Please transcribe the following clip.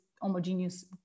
homogeneous